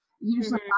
Usually